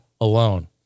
alone